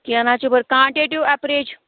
کیٚنٛہہ نہَ حظ چھُ بٔلۍ کانٹٮ۪ٹِو ایپروٗچ